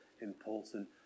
important